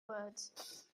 words